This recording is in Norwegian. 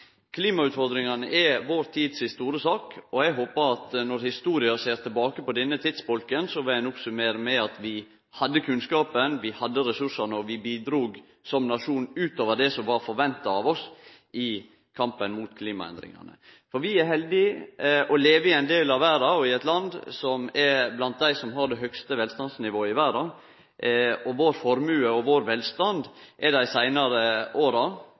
Klimautfordringane er den store saka i vår tid. Eg håpar at når ein historisk ser tilbake på denne tidsbolken, vil ein summere opp med at vi hadde kunnskapen, vi hadde ressursane, og vi bidrog som nasjon utover det som var venta av oss i kampen mot klimaendringane. Vi er så heldige å leve i eit land som er blant dei som har det høgste velstandsnivået i verda. Vår formue og vår velstand er dei seinare åra,